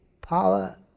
power